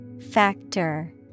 Factor